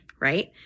right